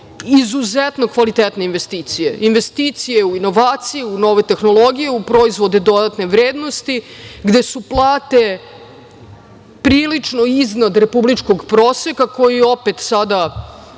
izuzetno kvalitetne investicije, investicije u inovaciji, u nove tehnologije, u proizvode dodatne vrednosti, gde su plate prilično iznad republičkog proseka, koji je opet sada